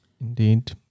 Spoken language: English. Indeed